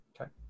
okay